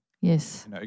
Yes